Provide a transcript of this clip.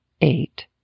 eight